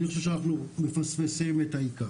אני חושב שזה לפספס את העיקר.